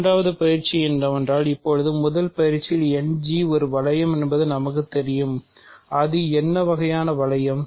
இரண்டாவது பயிற்சி என்னவென்றால் இப்போது முதல் பயிற்சியால் End ஒரு வளையம் என்று நமக்குத் தெரியும் அது என்ன வகையான வளையம்